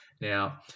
Now